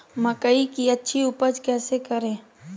मकई की अच्छी उपज कैसे करे?